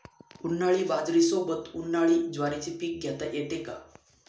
उन्हाळी बाजरीसोबत, उन्हाळी ज्वारीचे पीक घेता येते का?